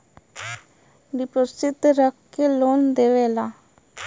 deposit रख के loan देवेला